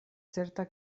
certa